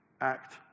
act